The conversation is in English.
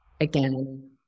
again